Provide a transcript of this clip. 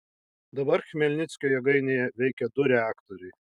dabar chmelnickio jėgainėje veikia du reaktoriai